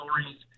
stories